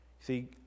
See